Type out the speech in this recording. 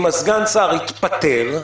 אם סגן השר יתפטר,